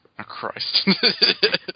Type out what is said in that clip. Christ